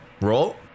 roll